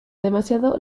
demasiado